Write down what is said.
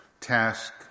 task